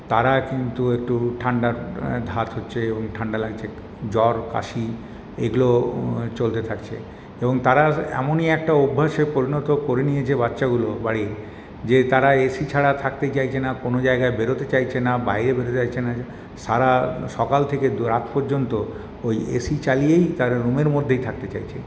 তারা কিন্তু একটু ঠাণ্ডার ধাত হচ্ছে এবং ঠাণ্ডা লাগছে জ্বর কাশি এগুলো চলতে থাকছে এবং তারা এমনই একটা অভ্যাসে পরিণত করে নিয়েছে বাচ্চাগুলো বাড়ির যে তারা এসি ছাড়া থাকতে চাইছে না কোন জায়গায় বেরোতে চাইছে না বাইরে বেরোতে চাইছে না সারা সকাল থেকে রাত পর্যন্ত ওই এসি চালিয়েই তারা রুমের মধ্যেই থাকতে চাইছে